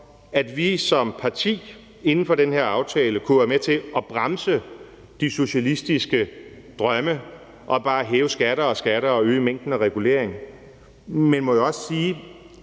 at vi som parti inden for den her aftale kunne være med til at bremse de socialistiske drømme om bare at hæve og hæve skatterne og øge mængden af regulering, men man må jo også sige,